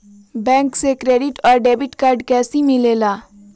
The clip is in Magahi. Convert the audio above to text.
बैंक से क्रेडिट और डेबिट कार्ड कैसी मिलेला?